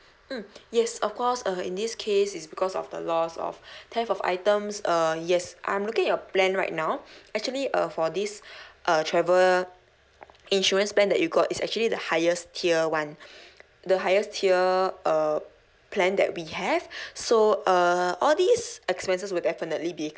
mm yes of course uh in this case it's because of the loss of theft of items uh yes I'm looking at your plan right now actually uh for this uh travel insurance plan that you got it's actually the highest tier [one] the highest tier uh plan that we have so uh all these expenses will definitely be